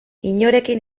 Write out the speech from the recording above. inorekin